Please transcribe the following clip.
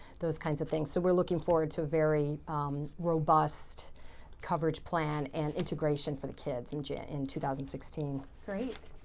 those kinds of things. so, we're looking forward to a very robust coverage plan and integration for the kids and yeah in two thousand and sixteen. great.